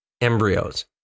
embryos